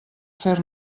fer